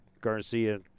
Garcia